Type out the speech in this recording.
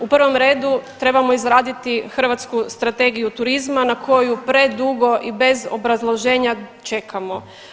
U prvom redu trebamo izraditi hrvatsku Strategiju turizma na koju predugo i bez obrazloženja čekamo.